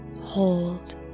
hold